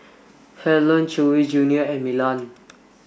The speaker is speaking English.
Helen Chewy junior and Milan